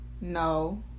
no